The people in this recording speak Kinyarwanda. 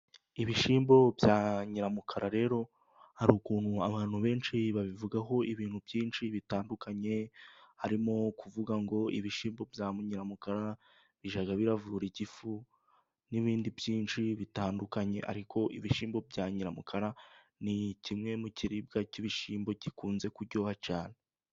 Ibishyimbo bya nyiramukara rero hari ukuntu abantu benshi babivugaho ibintu byinshi bitandukanye. Harimo kuvuga ngo ibishyimbo bya nyiramukara bijya biravura igifu n'ibindi byinshi bitandukanye. Ariko ibishyimbo bya nyiramukara ni kimwe mu kiribwa cy'ibishyimbo gikunze kuryoha cyane.